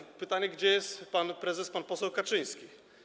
I pytanie, gdzie jest pan prezes, pan poseł Kaczyński.